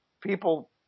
people